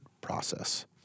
process